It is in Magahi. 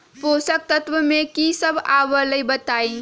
पोषक तत्व म की सब आबलई बताई?